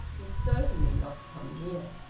would certainly not come near.